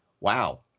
wow